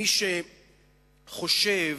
מי שחושב